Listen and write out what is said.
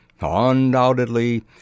Undoubtedly